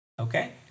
Okay